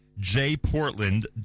JPortland